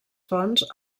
fonts